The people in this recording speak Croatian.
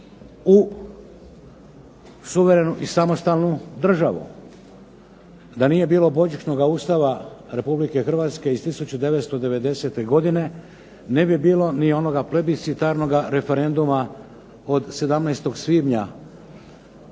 u suverenu i samostalnu državu. Da nije bilo "božićnoga Ustava" Republike Hrvatske iz 1990.-te godine ne bi bilo ni onoga plebiscitarnoga referenduma od 17. svibnja